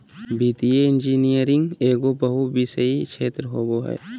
वित्तीय इंजीनियरिंग एगो बहुविषयी क्षेत्र होबो हइ